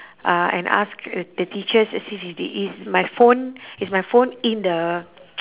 uh and ask the the teachers is my phone is my phone in the